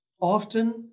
often